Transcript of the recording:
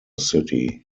city